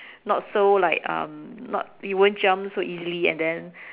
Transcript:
not so like um not it won't jump so easily and then